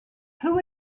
who